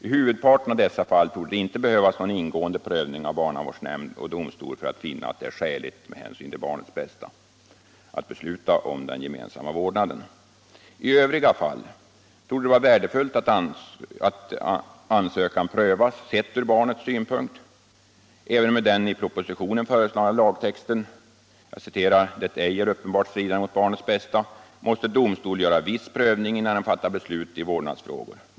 I huvudparten av dessa fall torde det inte behövas någon ingående prövning av barnavårdsnämnd och domstol för att finna att det är skäligt med hänsyn till barnets bästa att besluta om gemensam vårdnad. I övriga fall torde det vara värdefullt att ansökan prövas sedd från barnens synpunkt. Även med den i propositionen föreslagna lagtexten att gemensam vårdnad skall ske ”om det ej är uppenbart stridande mot barnets bästa” måste domstol göra viss prövning innan den fattar beslut i vårdnadsfrågor.